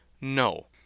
No